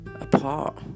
apart